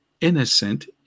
innocent